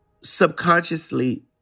subconsciously